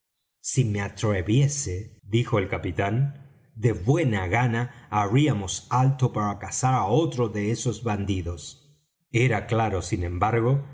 si me atreviese dijo el capitán de buena gana haríamos alto para cazar á otro de esos bandidos era claro sin embargo